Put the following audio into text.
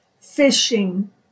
fishing